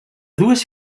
dues